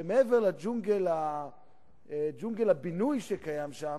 שמעבר לג'ונגל הבינוי שקיים שם,